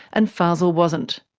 and fazel wasn't.